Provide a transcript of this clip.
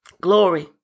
glory